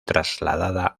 trasladada